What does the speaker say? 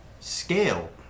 scale